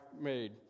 made